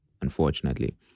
unfortunately